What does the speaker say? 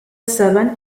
seven